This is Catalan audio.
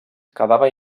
quedava